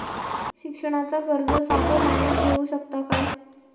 शिक्षणाचा कर्ज साधो माणूस घेऊ शकता काय?